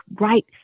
right